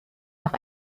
noch